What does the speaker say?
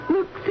Look